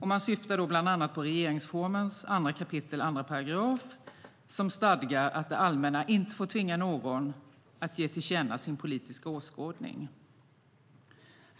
Man syftar då bland annat på regeringsformens 2 kap. 2 §, som stadgar att det allmänna inte får tvinga någon att ge till känna sin politiska åskådning.